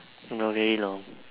no very long